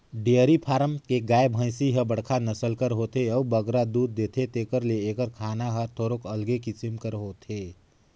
dairy farm के गाय, भंइस ह बड़खा नसल कर होथे अउ बगरा दूद देथे तेकर ले एकर खाना हर थोरोक अलगे किसिम कर होथे